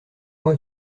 moi